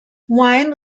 wynn